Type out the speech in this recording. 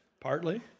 Partly